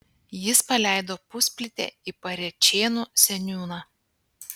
jis paleido pusplytę į parėčėnų seniūną